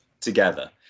together